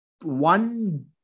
one